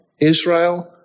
Israel